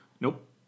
nope